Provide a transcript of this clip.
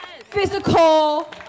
physical